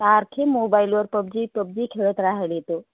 सारखे मोबाईलवर PUBG PUBG खेळत राहिलीत हो